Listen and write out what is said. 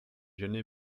ženy